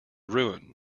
ruin